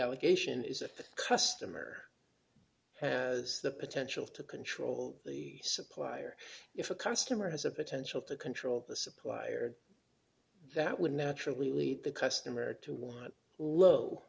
allegation is if the customer has the potential to control the supplier if a customer has a potential to control the supplier that would naturally lead the customer to want low